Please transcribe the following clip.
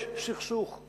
יש סכסוך,